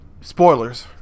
Spoilers